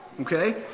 okay